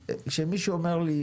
וכשמישהו אומר לי: